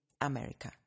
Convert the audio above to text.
America